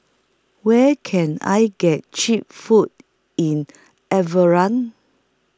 Where Can I get Cheap Food in